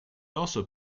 also